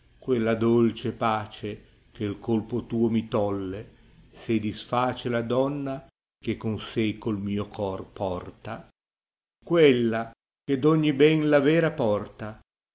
quella dolce pace che il colpo tuo mi toue se disface la donna che con seco il mio cor porta quella eh è d ogni ben la vera porta